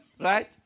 right